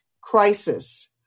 crisis